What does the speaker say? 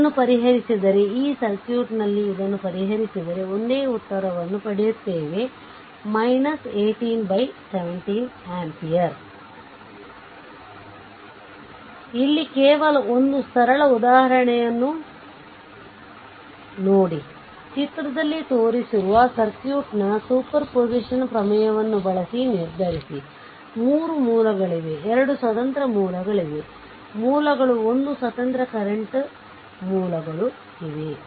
ಇದನ್ನು ಪರಿಹರಿಸಿದರೆ ಈ ಸರ್ಕ್ಯೂಟ್ನಲ್ಲಿ ಇದನ್ನು ಪರಿಹರಿಸಿದರೆ ಒಂದೇ ಉತ್ತರವನ್ನು ಪಡೆಯುತ್ತೇವೆ 18 17 ampere ಇಲ್ಲಿ ಕೇವಲ ಒಂದು ಸರಳ ಉದಾಹರಣೆಯನ್ನು ನೋಡಿ ಚಿತ್ರದಲ್ಲಿ ತೋರಿಸಿರುವ ಸರ್ಕ್ಯೂಟ್ನ ಸೂಪರ್ಪೋಸಿಷನ್ ಪ್ರಮೇಯವನ್ನು ಬಳಸಿ ನಿರ್ಧರಿಸಿ 3 ಮೂಲಗಳಿವೆ 2 ಸ್ವತಂತ್ರ ವೋಲ್ಟೇಜ್ ಮೂಲಗಳು ಒಂದು ಸ್ವತಂತ್ರ ಕರೆಂಟ್ ಮೂಲಗಳು ಇವೆ